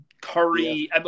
Curry